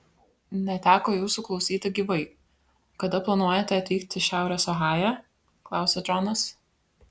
neteko jūsų klausyti gyvai kada planuojate atvykti į šiaurės ohają klausia džonas